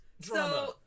drama